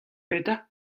petra